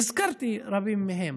והזכרתי רבים מהם.